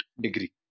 degree